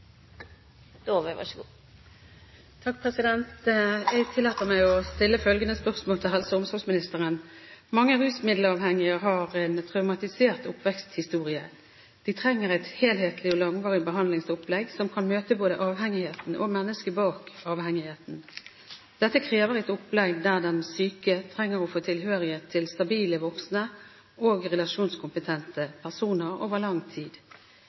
omsorgsministeren: «Mange rusmiddelavhengige har en traumatisert oppveksthistorie. De trenger et helhetlig og langvarig behandlingsopplegg som kan møte både avhengigheten og mennesket bak avhengigheten. Dette krever et opplegg der den syke trenger å få tilhørighet til stabile voksne og relasjonskompetente personer over lang tid.